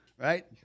Right